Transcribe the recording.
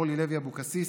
אורלי לוי אבקסיס,